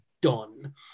done